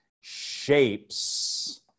shapes